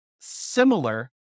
similar